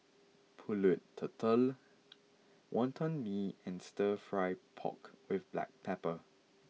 Pulut Tatal Wonton Mee and Stir Fry Pork with Black Pepper